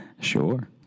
sure